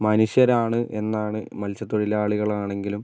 മനുഷ്യരാണ് എന്നാണ് മത്സ്യ തൊഴിലാളികളാണെങ്കിലും